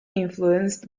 influenced